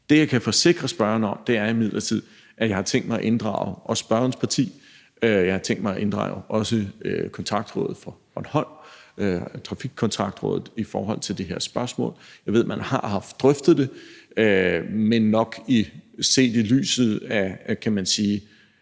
Det, jeg kan forsikre spørgeren om, er imidlertid, at jeg har tænkt mig også at inddrage spørgerens parti, og at jeg har tænkt mig at inddrage trafikkontaktrådet for Bornholm i forhold til det her spørgsmål. Jeg ved, at man har drøftet det, men set i lyset af den seneste